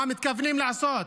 מה מתכוונים לעשות?